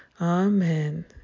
Amen